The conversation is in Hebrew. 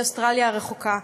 מאוסטרליה הרחוקה.